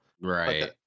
Right